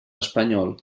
espanyol